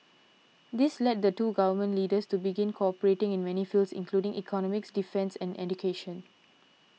this led the two Government Leaders to begin cooperating in many fields including economics defence and education